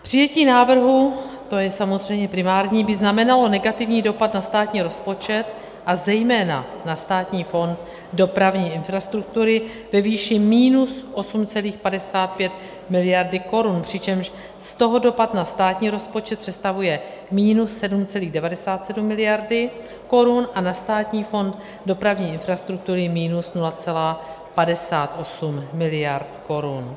Přijetí návrhu, to je samozřejmě primární, by znamenalo negativní dopad na státní rozpočet a zejména na Státní fond dopravní infrastruktury ve výši minus 8,55 miliardy korun, přičemž z toho dopad na státní rozpočet představuje minus 7,97 miliardy korun a na Státní fond dopravní infrastruktury minus 0,58 miliardy korun.